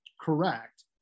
correct